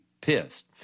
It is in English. pissed